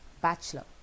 bachelor